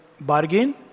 bargain